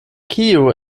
kiu